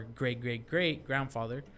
great-great-great-grandfather